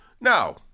Now